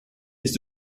bist